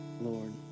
Lord